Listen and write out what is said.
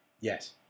Yes